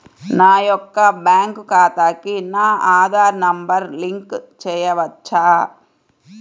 నా యొక్క బ్యాంక్ ఖాతాకి నా ఆధార్ నంబర్ లింక్ చేయవచ్చా?